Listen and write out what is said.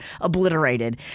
obliterated